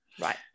right